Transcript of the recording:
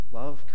love